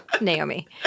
Naomi